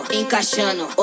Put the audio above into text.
encaixando